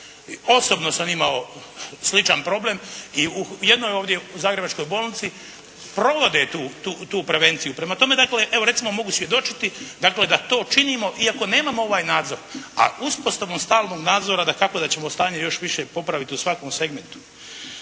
osobno sam imao sličan problem. I u jednoj ovdje zagrebačkoj bolnici provode tu prevenciju. Prema tome dakle evo recimo mogu svjedočiti dakle kad to činimo i ako nemamo ovaj nadzor, a uspostavom stalnog nadzora dakako da ćemo stanje još više popraviti u svakom segmentu.